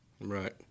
right